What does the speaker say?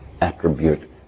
attribute